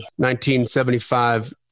1975